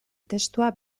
testua